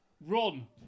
Run